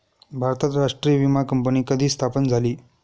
भारतात राष्ट्रीय विमा कंपनी कधी स्थापन झाली?